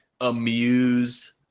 amused